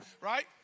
Right